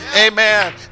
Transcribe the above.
amen